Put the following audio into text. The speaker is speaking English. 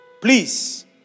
Please